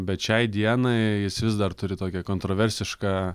bet šiai dienai jis vis dar turi tokią kontroversišką